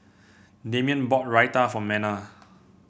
Damien bought Raita for Mena